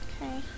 okay